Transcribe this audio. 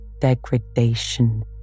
degradation